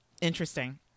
interesting